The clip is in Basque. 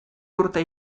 urte